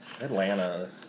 Atlanta